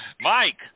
Mike